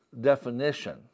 definition